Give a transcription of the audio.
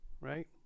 Right